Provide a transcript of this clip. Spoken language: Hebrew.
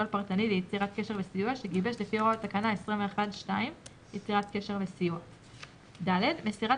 פרטני ליצירת קשר וסיוע שגיבש לפי הוראות תקנה 21(2) ; (ד) מסירת